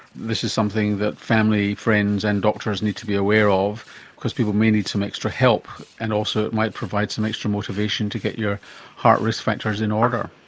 this is something that family, friends and doctors need to be aware of because people may need some extra help, and also it might provide some extra motivation to get your heart risk factors in order.